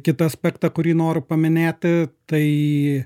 kitą aspektą kurį noriu paminėti tai